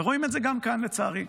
ורואים את זה גם כאן, לצערי.